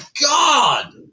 God